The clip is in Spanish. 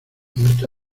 muerto